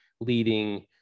leading